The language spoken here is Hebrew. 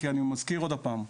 כי, עוד פעם,